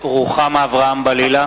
(קורא בשמות חברי הכנסת)